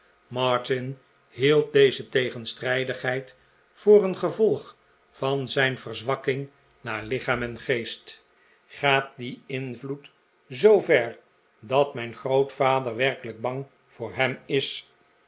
martin hield deze tegenstrijdigheid voor een gevolg van zijn verzwakking naar hchaam en geest gaat die invloed zoover dat mijn grootvader werkelijk bang voor hem is